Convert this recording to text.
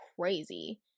crazy